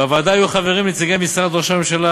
בוועדה היו חברים נציגי משרד ראש הממשלה,